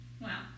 Wow